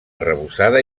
arrebossada